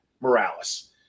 Morales